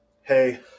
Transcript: Hey